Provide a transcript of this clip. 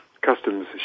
customs